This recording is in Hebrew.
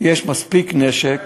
יש מספיק נשק, אולי,